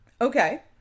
Okay